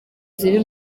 ziri